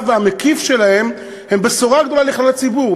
והמקיף שלהם הם בשורה גדולה לכלל הציבור?